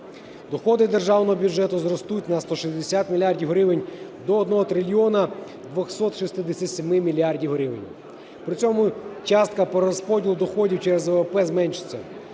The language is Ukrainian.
Доходи державного бюджету зростуть на 160 мільярдів гривень, до 1 трильйона 267 мільярдів гривень. При цьому частка по розподілу доходів через ВВП зменшиться